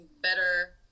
better